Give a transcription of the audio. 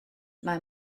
mae